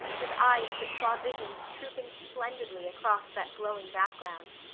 with eyes that saw visions trooping splendidly across that glowing background.